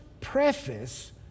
preface